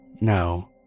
No